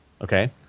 Okay